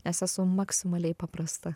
nes esu maksimaliai paprasta